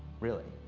really?